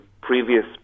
previous